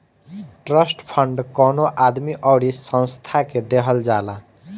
trust fund कवनो आदमी अउरी संस्था के देहल जाला